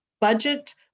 budget